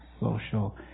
social